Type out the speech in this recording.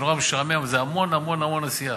זה נורא משעמם, אבל זה המון המון המון עשייה